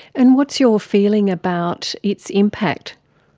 and what's your feeling about its impact?